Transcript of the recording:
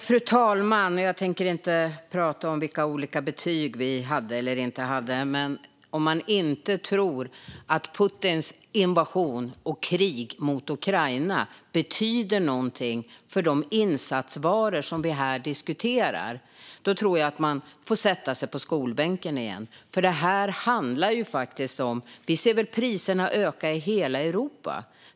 Fru talman! Jag tänker inte prata om vilka olika betyg vi hade eller inte hade, men om man inte tror att Putins invasion och krig mot Ukraina betyder något för de insatsvaror som vi diskuterar här tror jag att man får sätta sig i skolbänken igen. Vi ser att priserna ökar i hela Europa.